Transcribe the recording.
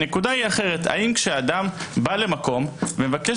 הנקודה היא אחרת: האם כשאדם בא למקום ומבקש